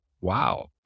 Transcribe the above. Wow